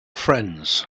friends